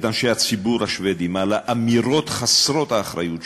אנשי הציבור השבדים על האמירות חסרות האחריות שלהם.